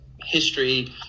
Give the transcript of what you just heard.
history